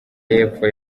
y’epfo